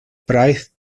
price